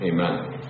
Amen